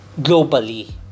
globally